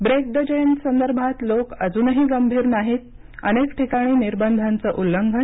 break the chain संदर्भात लोक अजूनही गंभीर नाहीत अनेक ठिकाणी निर्बंधांचं उल्लंघन